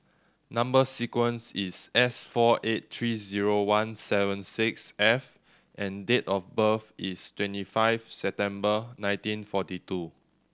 number sequence is S four eight three zero one seven six F and date of birth is twenty five September nineteen forty two